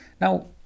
now